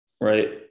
right